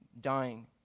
dying